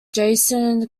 jason